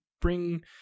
bring